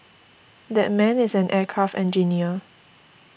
that man is an aircraft engineer